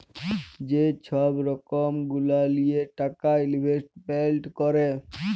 যে ছব রকম গুলা লিঁয়ে টাকা ইলভেস্টমেল্ট ক্যরে